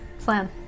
Plan